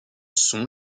sont